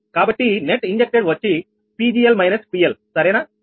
కనుక net injected వచ్చి 𝑃𝑔𝐿 − 𝑃𝐿